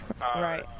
Right